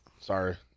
Sorry